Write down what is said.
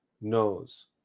knows